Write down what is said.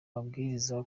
mabwiriza